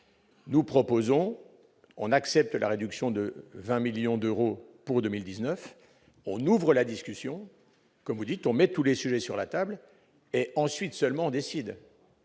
pourtant à accepter la réduction de 20 millions d'euros pour 2019. On ouvre la discussion, on met tous les sujets sur la table et, ensuite, seulement on décide.